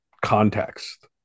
context